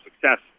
success